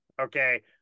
Okay